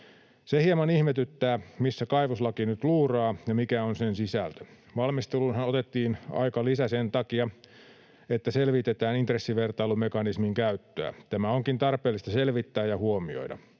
Se hieman ihmetyttää, missä kaivoslaki nyt luuraa ja mikä on sen sisältö. Valmisteluunhan otettiin aikalisä sen takia, että selvitetään intressivertailumekanismin käyttöä. Tämä onkin tarpeellista selvittää ja huomioida.